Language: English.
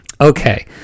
okay